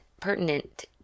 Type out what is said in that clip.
pertinent